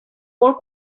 molt